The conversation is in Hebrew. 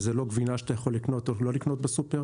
וזה לא גבינה שאתה יכול לקנות או לא לקנות בסופר.